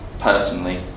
Personally